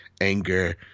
anger